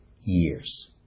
years